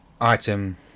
item